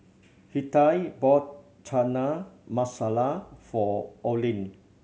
Hettie bought Chana Masala for Olin